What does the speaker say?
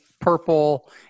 purple